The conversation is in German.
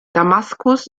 damaskus